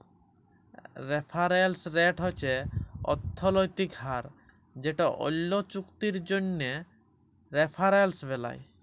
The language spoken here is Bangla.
রেফারেলস রেট হছে অথ্থলৈতিক হার যেট অল্য চুক্তির জ্যনহে রেফারেলস বেলায়